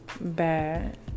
bad